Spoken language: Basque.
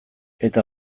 eta